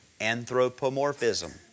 anthropomorphism